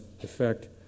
effect